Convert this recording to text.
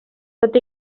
tot